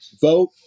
vote